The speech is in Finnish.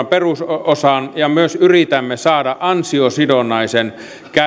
perusosa ja myös yritämme saada mahdolliseksi ansiosidonnaisen